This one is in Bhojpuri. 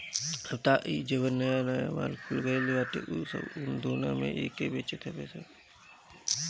अब तअ इ जवन नया नया माल खुल गईल बाटे उ सब उना दूना में एके बेचत हवे सब